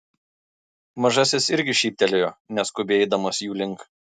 mažasis irgi šyptelėjo neskubiai eidamas jų link